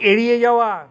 এড়িয়ে যাওয়া